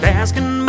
asking